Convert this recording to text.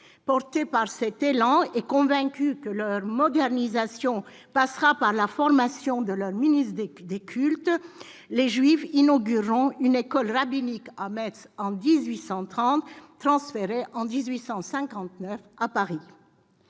Portés par cet élan et convaincus que leur modernisation passera par la formation de leurs ministres du culte, les juifs inaugureront en 1830 à Metz une école rabbinique, qui sera transférée en 1859 à Paris,